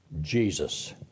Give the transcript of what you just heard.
Jesus